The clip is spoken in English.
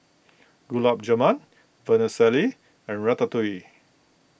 Gulab Jamun Vermicelli and Ratatouille